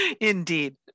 Indeed